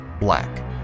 black